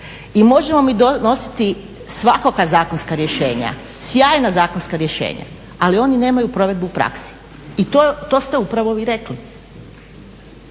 I možemo mi nositi svakakva zakonska rješenja, sjajna zakonska rješenja ali oni nemaju provedbu prakse. I to ste upravo vi rekli.